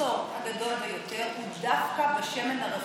המחסור הגדול ביותר הוא דווקא בשמן הרפואי.